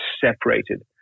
separated